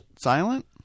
silent